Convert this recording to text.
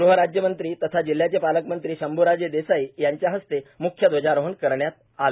गृहराज्यमंत्री तथा जिल्ह्याचे पालकमंत्री शंभूराज देसाई यांच्या हस्ते म्ख्यध्वजारोहण करण्यात आलं